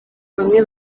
bamwe